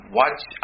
watch